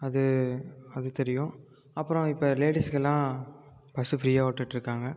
அது அது தெரியும் அப்புறம் இப்போ லேடிஸுக்கு எல்லாம் பஸ்ஸு ஃப்ரீயாக விட்டுட்டு இருக்காங்க